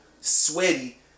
sweaty